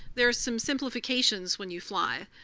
there is some simplifications when you fly.